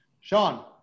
Sean